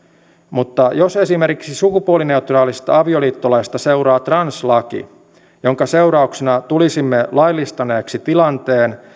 mutta jos esimerkiksi sukupuolineutraalista avioliittolaista seuraa translaki jonka seurauksena tulisimme laillistaneeksi tilanteen